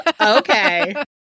Okay